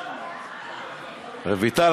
רויטל,